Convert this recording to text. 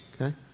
Okay